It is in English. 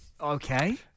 Okay